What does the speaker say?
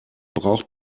braucht